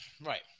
Right